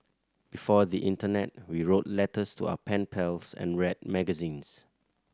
before the internet we wrote letters to our pen pals and read magazines